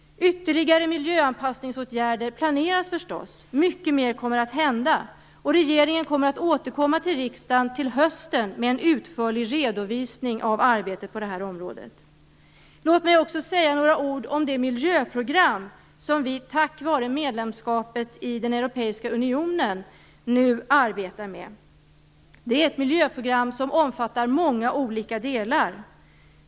Ytterligare miljöanpassningsåtgärder planeras förstås. Mycket mer kommer att hända. Regeringen kommer att återkomma till riksdagen till hösten med en utförlig redovisning av arbetet på det här området. Låt mig också säga några ord om det miljöprogram som vi tack vare medlemskapet i den europeiska unionen nu arbetar med. Det är ett miljöprogram som omfattar många olika delar.